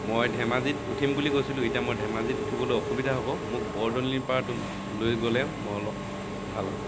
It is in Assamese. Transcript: মই ধেমাজিত উঠিম বুলি কৈছিলোঁ এতিয়া মই ধেমাজিত উঠিবলৈ অসুবিধা হ'ব মোক বৰদলনি পাৰত লৈ গ'লে মই অলপ ভাল হ'ব